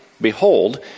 behold